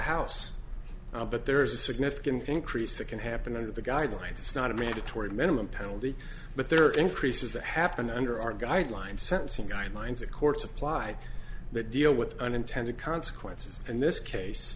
house but there is a significant increase that can happen under the guidelines it's not a mandatory minimum penalty but there are increases that happen under our guidelines sentencing guidelines that courts apply that deal with unintended consequences and this case